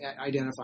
identify